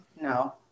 No